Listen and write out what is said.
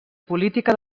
política